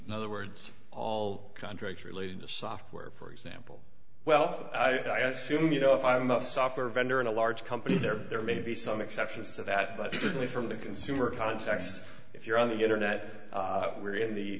in other words all contracts related to software for example well i assume you know if i'm a software vendor in a large company there there may be some exceptions to that but basically from the consumer context if you're on the internet we're in the